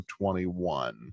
21